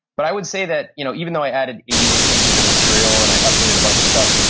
but i would say that you know even though i added eighty new pages of material and i updated a bunch of stuff,